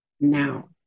now